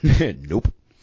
Nope